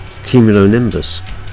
Cumulonimbus